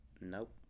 Nope